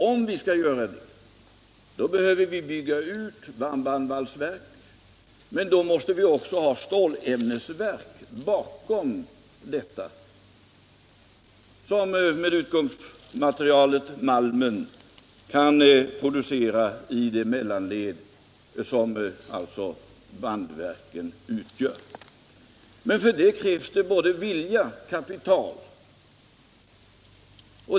Om vi skall göra det, då behöver vi också bygga ett varmbandvalsverk. Och då måste vi även ha ett utbyggt stålämnesverk bakom detta. För detta krävs både vilja och kapital.